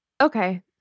Okay